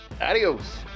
Adios